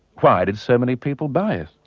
why did so many people buy it?